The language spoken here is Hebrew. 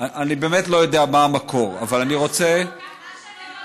אני באמת לא יודע מה המקור, אבל אני רוצה, ממש לא.